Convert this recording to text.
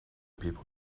people